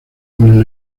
con